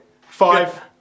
Five